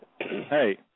Hey